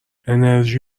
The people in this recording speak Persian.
انِرژی